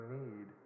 need